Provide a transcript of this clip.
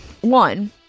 One